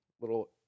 little